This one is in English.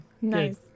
Nice